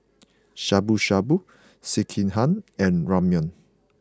Shabu Shabu Sekihan and Ramyeon